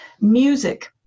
music